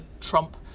Trump